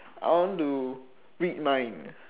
I want to read mind